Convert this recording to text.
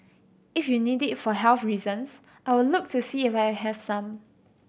if you need it for health reasons I will look to see if I have some